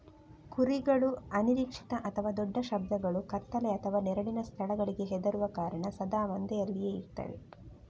ಕುರಿಗಳು ಅನಿರೀಕ್ಷಿತ ಅಥವಾ ದೊಡ್ಡ ಶಬ್ದಗಳು, ಕತ್ತಲೆ ಅಥವಾ ನೆರಳಿನ ಸ್ಥಳಗಳಿಗೆ ಹೆದರುವ ಕಾರಣ ಸದಾ ಮಂದೆಯಲ್ಲಿಯೇ ಇರ್ತವೆ